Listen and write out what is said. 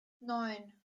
neun